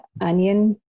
onion